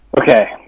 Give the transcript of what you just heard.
Okay